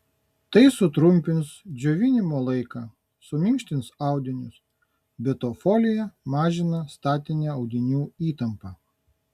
tai sutrumpins džiovinimo laiką suminkštins audinius be to folija mažina statinę audinių įtampą